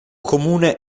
comune